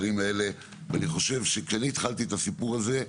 אני חושב שכשאני התחלתי את הסיפור הזה,